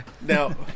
now